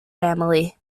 family